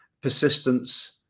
persistence